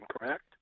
correct